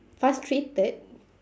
frustrated